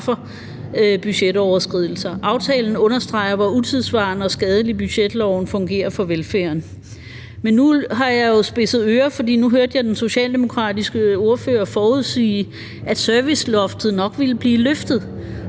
budgetoverskridelser. Aftalen understreger, hvor utidssvarende og skadelig budgetloven fungerer for velfærden. Men jeg har spidset ører, for nu hørte jeg den socialdemokratiske ordfører forudsige, at serviceloftet nok ville blive løftet,